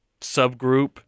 subgroup